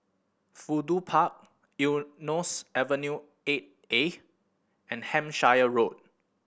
Fudu Park Eunos Avenue Eight A and Hampshire Road